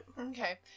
Okay